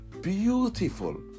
beautiful